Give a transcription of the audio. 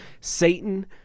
Satan